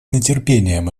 нетерпением